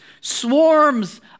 swarms